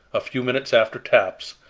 a few minutes after taps,